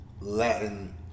Latin